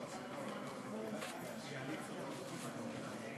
דקות לרשותך.